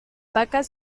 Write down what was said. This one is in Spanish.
vacas